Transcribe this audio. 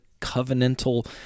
covenantal